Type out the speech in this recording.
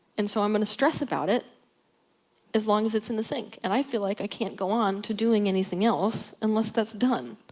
and so i'm gonna stress about it as long as it's in the sink. and i feel like i can't go on to doing anything else unless that's done.